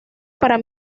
para